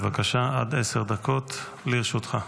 בבקשה, עד עשר דקות לרשותך.